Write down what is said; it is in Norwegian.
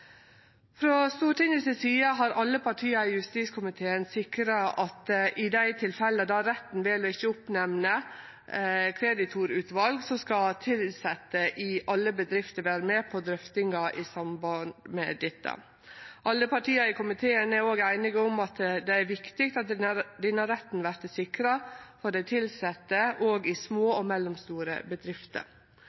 side har alle partia i justiskomiteen sikra at i dei tilfella der retten vel ikkje å nemne opp kreditorutval, skal tilsette i alle bedrifter vere med på drøftingar i samband med dette. Alle partia i komiteen er òg einige om at det er viktig at denne retten vert sikra for dei tilsette, òg i små og mellomstore bedrifter.